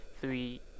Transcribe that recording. Three